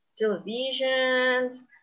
televisions